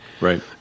Right